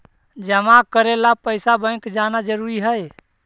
जमा करे ला पैसा बैंक जाना जरूरी है?